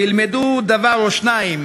וילמדו מהם דבר או שניים.